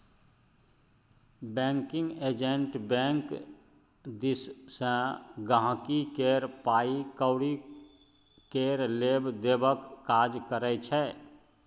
banking agent bank दिस सँ गांहिकी केर पाइ कौरी केर लेब देबक काज करै छै